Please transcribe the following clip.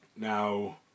now